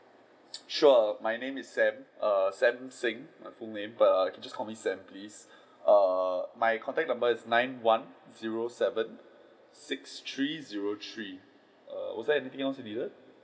sure err my name is sam err sam seng my full name err but just call me sam please err my contact number is nine one zero seven six three zero three err was there anything else you needed